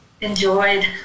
enjoyed